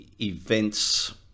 events